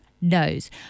knows